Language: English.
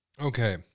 Okay